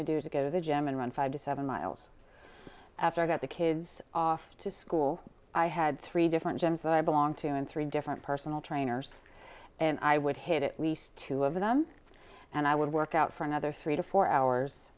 would do to go the gym and run five to seven miles after i got the kids off to school i had three different gyms that i belong to in three different personal trainers and i would hit it least two of them and i would work out for another three to four hours